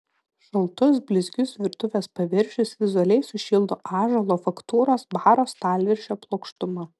šaltus blizgius virtuvės paviršius vizualiai sušildo ąžuolo faktūros baro stalviršio plokštuma